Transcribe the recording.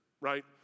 right